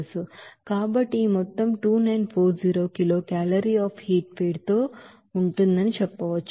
కాబట్టి ఈ మొత్తం 2940 kilocalorie of heat ఫీడ్ తో ఉంటుందని చెప్పవచ్చు